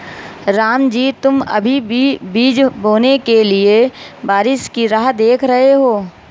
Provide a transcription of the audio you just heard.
रामजी तुम अभी भी बीज बोने के लिए बारिश की राह देख रहे हो?